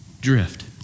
drift